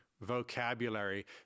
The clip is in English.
vocabulary